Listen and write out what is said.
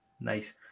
nice